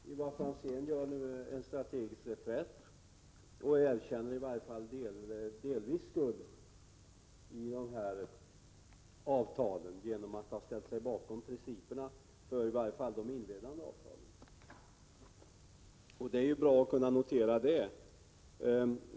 Herr talman! Ivar Franzén gör nu en strategisk reträtt och erkänner i varje fall delvis centerns skuld till avtalet genom att man ställer sig bakom principerna, i varje fall för det inledande avtalet. Det är ju bra att kunna notera det.